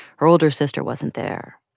her older sister wasn't there.